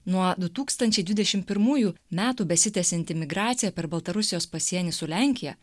nuo du tūkstančiai dvidešimt pirmųjų metų besitęsianti migracija per baltarusijos pasienį su lenkija